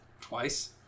Twice